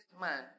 man